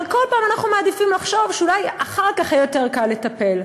אבל כל פעם אנחנו מעדיפים לחשוב שאולי אחר כך יהיה יותר קל לטפל.